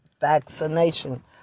vaccination